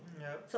yup